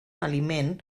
aliment